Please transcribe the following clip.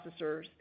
processors